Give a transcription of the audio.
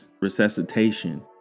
resuscitation